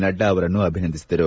ನಡ್ಡಾ ಅವರನ್ನು ಅಭಿನಂದಿಸಿದರು